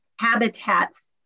habitats